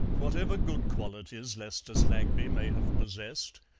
whatever good qualities lester slaggby may have possessed,